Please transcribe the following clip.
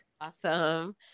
Awesome